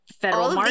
federal